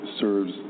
serves